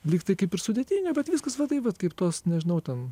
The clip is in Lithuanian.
lyg tai kaip ir sudėtinga bet viskas va taip vat kaip tos nežinau ten